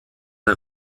der